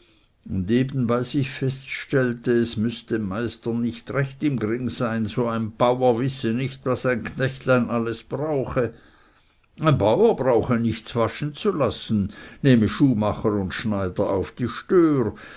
eben bei sich feststellte es müß dem meister nicht recht im gring sein so ein bauer wisse nicht was ein knechtlein alles brauche ein bauer brauche nichts waschen zu lassen nehme schuhmacher und schneider auf die stör